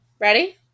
Ready